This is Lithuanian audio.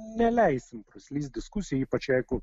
neleisim praslys diskusijai ypač jeigu